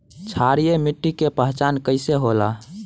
क्षारीय मिट्टी के पहचान कईसे होला?